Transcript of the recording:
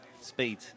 Speed